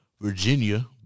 Virginia